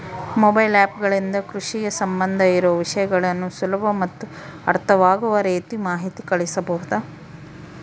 Mobile app ಗಳಿಂದ ಕೃಷಿಗೆ ಸಂಬಂಧ ಇರೊ ವಿಷಯಗಳನ್ನು ಸುಲಭ ಮತ್ತು ಅರ್ಥವಾಗುವ ರೇತಿ ಮಾಹಿತಿ ಕಳಿಸಬಹುದಾ?